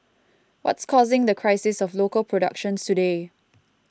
what's causing the crisis of local productions today